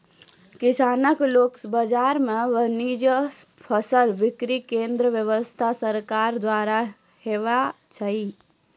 किसानक लोकल बाजार मे वाजिब फसलक बिक्री केन्द्रक व्यवस्था सरकारक द्वारा हेवाक चाही?